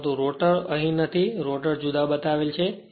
પરંતુ રોટર અહીં નથી રોટર જુદા બતાવેલ છે